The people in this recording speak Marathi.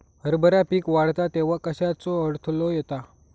हरभरा पीक वाढता तेव्हा कश्याचो अडथलो येता?